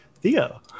Theo